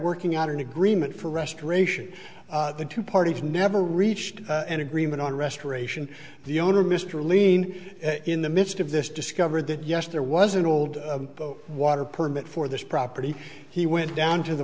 working out an agreement for restoration the two parties never reached an agreement on restoration the owner mr lien in the midst of this discovered that yes there was an old water permit for this property he went down to the